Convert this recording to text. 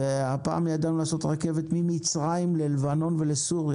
ולפני מאה שנה ידענו לעשות רכבת ממצרים ללבנון ולסוריה.